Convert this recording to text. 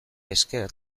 esker